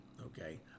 okay